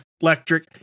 electric